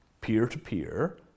Peer-to-peer